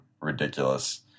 ridiculous